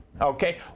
Okay